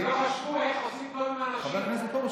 לא חשבו איך עושים --- חבר הכנסת פרוש,